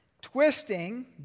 twisting